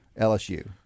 LSU